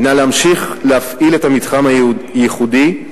היא להמשיך להפעיל את המתחם הייחודי,